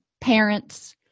parent's